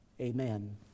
Amen